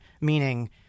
meaning